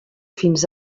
fins